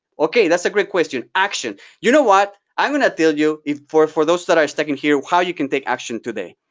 okay, that's a great question, action. you know what? i'm going to tell you, for for those that are sticking here, how you can take action today.